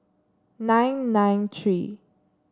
nine nine three